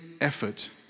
effort